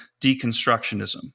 deconstructionism